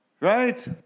Right